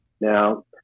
Now